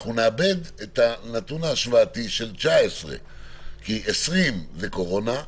אנחנו נאבד את הנתון ההשוואתי של 2019. ב-2020 הייתה קורונה,